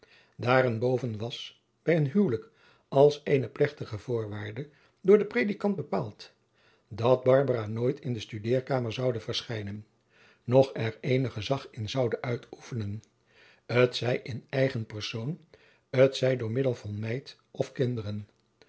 daarenboven was bij hun huwlijk als eene plechtige voorwaarde door den predikant bepaald dat barbara nooit in de studeerkamer zoude verschijnen noch er eenig gezag in zoude uitoefenen t zij in eigen persoon t zij door middel van meid of kinderen